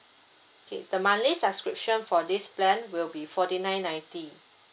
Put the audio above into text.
okay the monthly subscription for this plan will be forty nine ninety